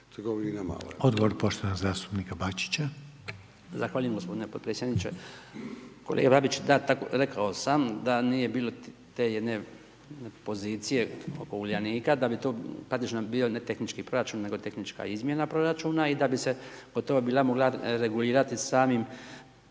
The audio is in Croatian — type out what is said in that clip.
Odgovor poštovanog zastupnika Bačića.